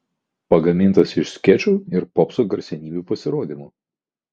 pagamintas iš skečų ir popso garsenybių pasirodymų